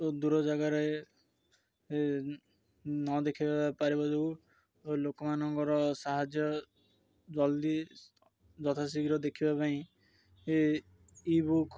ଦୂର ଜାଗାରେ ନ ଦେଖିବା ପାରିବ ଯୋଗୁଁ ଲୋକମାନଙ୍କର ସାହାଯ୍ୟ ଜଲ୍ଦି ଯଥାଶୀଘ୍ର ଦେଖିବା ପାଇଁ ଇ ବୁକ୍